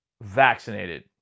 vaccinated